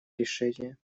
решение